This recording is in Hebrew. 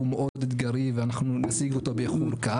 גם אגירה, וגם קטימה.